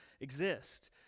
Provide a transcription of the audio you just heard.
exist